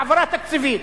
העברה תקציבית,